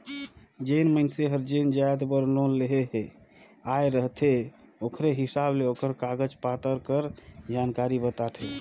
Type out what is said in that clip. जेन मइनसे हर जेन जाएत बर लोन लेहे ले आए रहथे ओकरे हिसाब ले ओकर कागज पाथर कर जानकारी बताथे